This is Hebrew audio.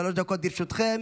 שלוש דקות לרשותכם.